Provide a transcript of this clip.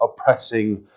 oppressing